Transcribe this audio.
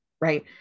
right